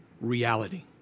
reality